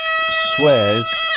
Swears